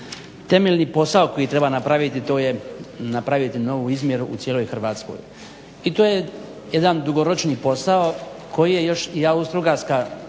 temeljni posao koji treba napraviti to je napraviti novu izmjeru u cijeloj Hrvatskoj i to je jedan dugoročni posao koji je još i Austrougarska